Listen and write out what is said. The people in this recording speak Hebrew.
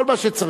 כל מה שצריך,